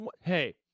hey